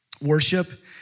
worship